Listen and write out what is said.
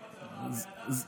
תגיד לי,